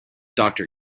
doctor